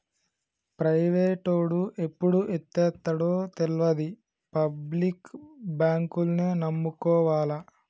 ప్రైవేటోడు ఎప్పుడు ఎత్తేత్తడో తెల్వది, పబ్లిక్ బాంకుల్నే నమ్ముకోవాల